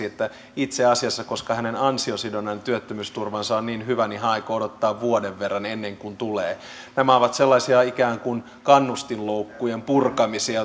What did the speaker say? että itse asiassa koska hänen ansiosidonnainen työttömyysturvansa on niin hyvä hän aikoo odottaa vuoden verran ennen kuin tulee nämä ovat sellaisia ikään kuin kannustinloukkujen purkamisia